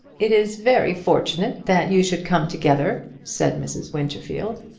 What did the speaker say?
it is very fortunate that you should come together, said mrs. winterfield.